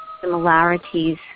similarities